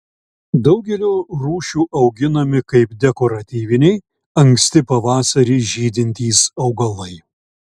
daugelio rūšių auginami kaip dekoratyviniai anksti pavasarį žydintys augalai